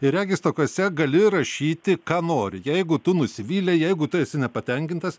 ir regis tokiose gali rašyti ką nori jeigu tu nusivylei jeigu tu esi nepatenkintas